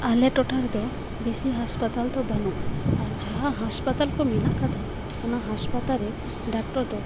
ᱟᱞᱮ ᱴᱚᱴᱷᱟ ᱨᱮᱫᱚ ᱵᱮᱥᱤ ᱦᱟᱥᱯᱟᱛᱟᱞ ᱫᱚ ᱵᱟᱹᱱᱩᱜᱼᱟ ᱟᱨ ᱡᱟᱦᱟᱸ ᱦᱟᱥᱯᱟᱛᱟᱞ ᱠᱚ ᱢᱮᱱᱟᱜ ᱟᱠᱟᱫᱟ ᱚᱱᱟ ᱦᱟᱥᱯᱟᱛᱟᱞ ᱨᱮ ᱰᱟᱠᱴᱚᱨ ᱫᱚ